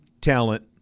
talent